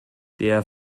der